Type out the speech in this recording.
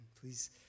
please